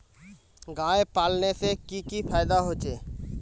गाय पालने से की की फायदा होचे?